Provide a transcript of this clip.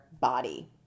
body